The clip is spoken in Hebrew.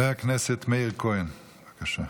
חבר הכנסת מאיר כהן, בבקשה.